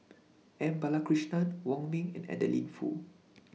M Balakrishnan Wong Ming and Adeline Foo